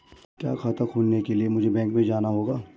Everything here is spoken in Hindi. क्या खाता खोलने के लिए मुझे बैंक में जाना होगा?